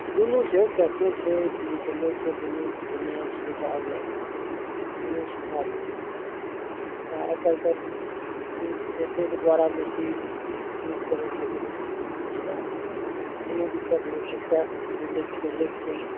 दुनू छै कैशो छै डिजिटलो छै दुनू जेना सुविधा हुए दुनू सुविधा छै आइ काल्हि तऽ नेटेके द्वारा बेसी यूज करय छै लोग कोनो दिक्कत नहि छै कैश भी लए लै छियै ने